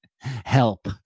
help